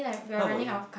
how about you